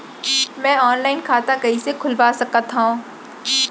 मैं ऑनलाइन खाता कइसे खुलवा सकत हव?